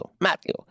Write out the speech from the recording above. Matthew